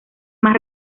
más